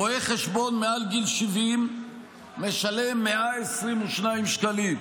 רואה חשבון מעל גיל 70 משלם 122 שקלים,